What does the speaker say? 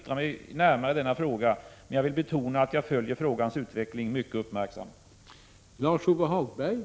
1986/87:75 yttra mig närmare i denna fråga, men jag vill betona att jag följer frågans 19 februari 1987